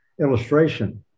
illustration